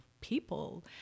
people